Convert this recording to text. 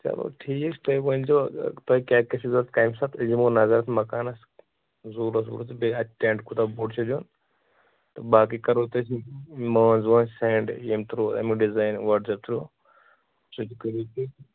چلو ٹھیٖک تُہۍ ؤنِزیٚو تۄہہِ کیٛاہ کیٛاہ چھُ ضرورَت کمہِ ساتہٕ أسۍ دِمَو نظر اَتھ مکانَس زوٗلَس ووٗلَس تہٕ بیٚیہِ اَتہِ ٹیٚنٹ کوٗتاہ بوٚڑ چھِ دیُن تہٕ باقٕے کَرَو تۄہہِ مٲنز وٲنز سیٚنڈ یِم تھرو یِمہٕ ڈِزایِن واٹٕس اپ تھرو سُہ تہِ کٔرو تُہۍ